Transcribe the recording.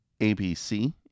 ABC